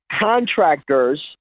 contractors